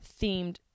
themed